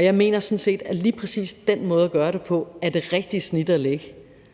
Jeg mener sådan set, at lige præcis den måde at gøre det på er det rigtige snit at lægge.